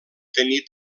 tenir